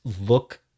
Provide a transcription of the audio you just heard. look